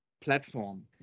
platform